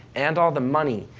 and all the money,